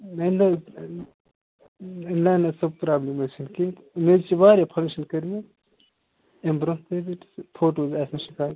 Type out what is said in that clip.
نہ نہ حظ نہ نہ سۄ پرٛابلِم حظ چھَنہٕ کیٚنٛہہ مےٚ حظ چھِ واریاہ فَنٛکشَن کٔرمٕتۍ اَمہِ برٛونٛہہ تہِ حظ فوٹوَس آسہِ نہٕ شِکایت